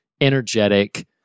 energetic